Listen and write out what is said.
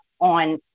on